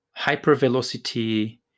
hypervelocity